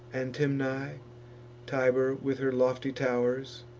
antemnae, tibur with her lofty tow'rs,